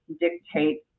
dictate